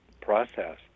process